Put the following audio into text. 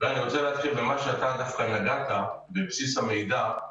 אני רוצה להתחיל במה שאתה נגעת, בבסיס המידע.